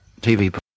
TV